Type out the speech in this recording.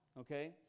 okay